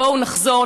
בואו נחזור,